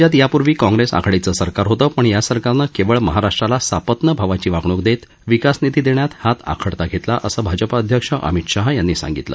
केंद्रात आणि राज्यात यापूर्वी काँग्रेसआघाडीचं सरकार होतं पण या सरकारनं केवळ महाराष्ट्राला सापत्न भावाची वागणुक देत विकास निधी देण्यात हात आखडता घेतला असं भाजप अध्यक्ष अमित शहा यांनी सांगितलं